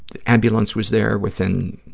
the ambulance was there within,